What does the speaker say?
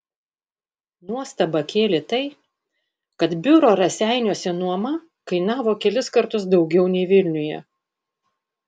nuostabą kėlė tai kad biuro raseiniuose nuoma kainavo kelis kartus daugiau nei vilniuje